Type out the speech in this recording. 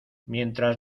mientras